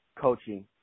coaching –